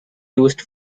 used